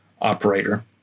operator